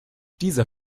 dieser